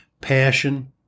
passion